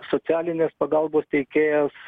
socialinės pagalbos teikėjas